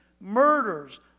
murders